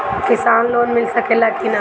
किसान लोन मिल सकेला कि न?